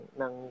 ng